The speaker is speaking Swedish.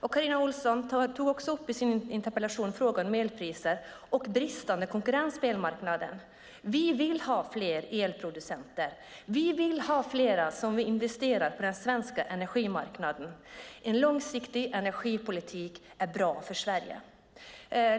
Carina Ohlsson tog också upp frågan om elpriser och bristande konkurrens på elmarknaden i sin interpellation. Vi vill ha fler elproducenter. Vi vill ha fler som investerar på den svenska energimarknaden. En långsiktig energipolitik är bra för Sverige.